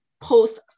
post